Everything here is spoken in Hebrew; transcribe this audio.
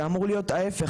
זה אמור להיות ההיפך,